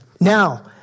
Now